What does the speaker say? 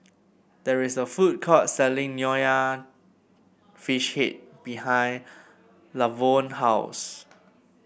there is a food court selling Nonya Fish Head behind Lavonne house